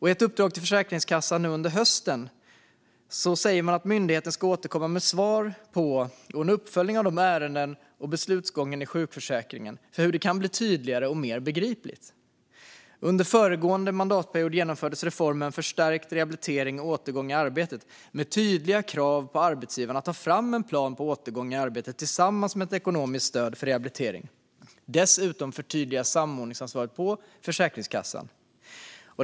I ett uppdrag till Försäkringskassan nu under hösten säger man att myndigheten ska återkomma med svar på hur uppföljning av ärenden och beslutsgången i sjukförsäkringen kan bli tydligare och mer begriplig. Under föregående mandatperiod genomfördes reformen Förstärkt rehabilitering och återgång i arbetet med tydliga krav på arbetsgivaren att ta fram en plan för återgång i arbete tillsammans med ett ekonomiskt stöd för rehabilitering. Dessutom förtydligades samordningsansvaret för Försäkringskassan.